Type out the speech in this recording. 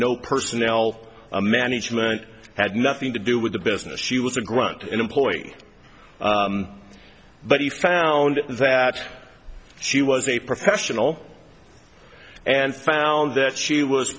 no personnel management had nothing to do with the business she was a grunt employee but he found that she was a professional and found that she was